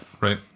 Right